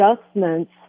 adjustments